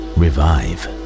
revive